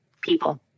People